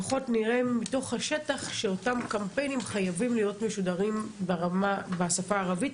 לפחות נראה מתוך השטח שאותם קמפיינים חייבים להיות משודרים בשפה הערבית.